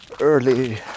early